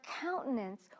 countenance